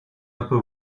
upper